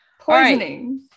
Poisoning